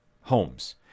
homes